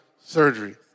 surgery